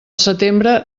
setembre